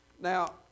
Now